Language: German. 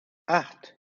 acht